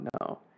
no